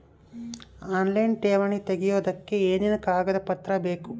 Online ಠೇವಣಿ ತೆಗಿಯೋದಕ್ಕೆ ಏನೇನು ಕಾಗದಪತ್ರ ಬೇಕು?